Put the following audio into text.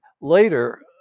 later